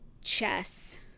chess